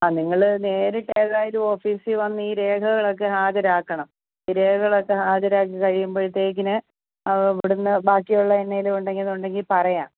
ആ നിങ്ങൾ നേരിട്ട് ഏതായാലും ഓഫീസിൽ വന്ന് ഈ രേഖകളൊക്കെ ഹാജരാക്കണം ഈ രേഖകൾ ഒക്കെ ഹാജരാക്കി കഴിയുമ്പോഴത്തേക്കിന് അത് അവിടുന്ന് ബാക്കിയുള്ളത് എന്തെങ്കിലുമുണ്ടെങ്കിൽ അതുണ്ടെങ്കിൽ പറയാം